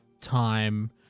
time